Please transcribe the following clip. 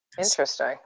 interesting